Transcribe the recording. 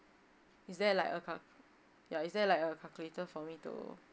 is there like a cal~ ya is there like a calculator for me to